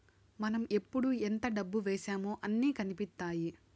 మనం ఎప్పుడు ఎంత డబ్బు వేశామో అన్ని కనిపిత్తాయి